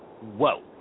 whoa